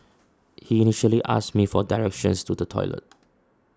he initially asked me for directions to the toilet